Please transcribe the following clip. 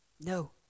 No